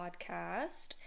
podcast